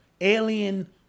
alien